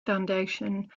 foundation